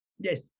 yes